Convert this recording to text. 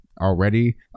already